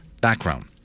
background